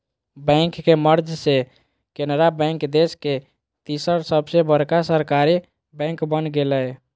bank के merge से Canara bank देश के तीसर सबसे बड़का सरकारी बैंक बन गेलय